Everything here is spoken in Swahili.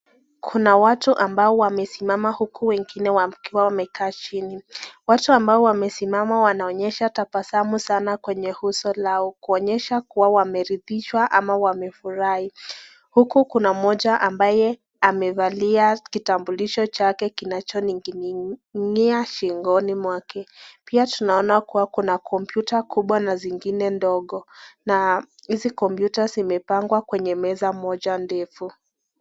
Kuna watu ambao wamesimama huku wengine wakiwa wamekaa chini. Watu ambao wamesimama, wanaonyesha tabasamu sana kwenye uso lao, kuonyesha kuwa wameridhishwa ama wamefurahi. Huku kuna mmoja ambaye amevalia kitambulisho chake, kinachoning'inia shingoni mwake. Pia tunaona kuwa kuna kompyuta kubwa na zingine ndogo na hizi kompyuta zimepangwa kwenye meza moja ndefu.